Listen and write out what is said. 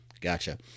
gotcha